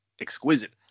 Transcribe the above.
exquisite